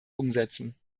umsetzen